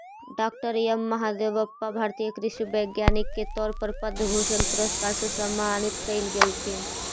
डॉ M Mahadevappa भारतीय कृषि वैज्ञानिक के तौर पर पद्म भूषण पुरस्कार से सम्मानित कएल गेलथीन